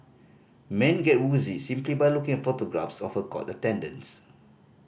men get woozy simply by looking at photographs of her court attendance